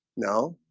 no